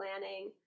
planning